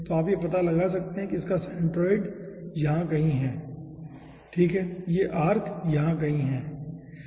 तो आप यह पता लगा सकते हैं कि इसका सेंटरोइड यहाँ कहीं है ठीक है यह आर्क यहाँ कहीं है ठीक है